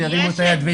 שירימו את היד ויאמרו.